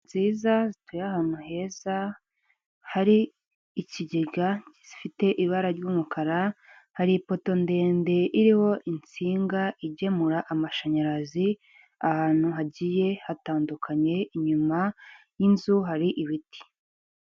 Nziza zituye ahantu heza hari ikigega gifite ibara ry'umukara hari ifoto ndende iriho insinga igemura amashanyarazi ahantu hagiye hatandukanye inyuma y'inzu hari ibiti.